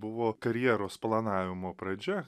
buvo karjeros planavimo pradžia